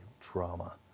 trauma